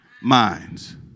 minds